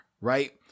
right